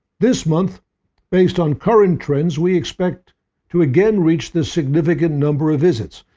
this month based on current trends we expect to again reach the significant number of visits.